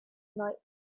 night